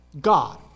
God